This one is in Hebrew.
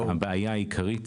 הבעיה העיקרית